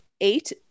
Eight